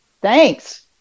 Thanks